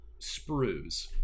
sprues